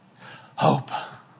Hope